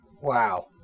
Wow